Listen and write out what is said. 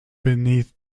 beneath